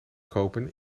kopen